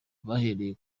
bahereye